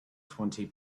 twenty